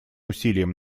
усилиям